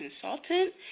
consultant